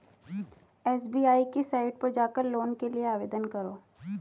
SBI की site पर जाकर लोन के लिए आवेदन करो